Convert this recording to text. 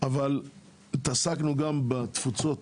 אבל התעסקנו גם בתפוצות.